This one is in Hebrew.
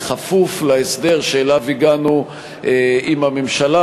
בכפוף להסדר שאליו הגענו עם הממשלה,